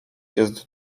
jest